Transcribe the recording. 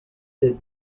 did